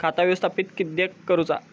खाता व्यवस्थापित किद्यक करुचा?